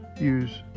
Use